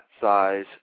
size